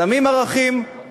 שמים ערכים,